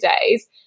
days